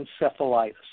encephalitis